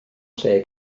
lle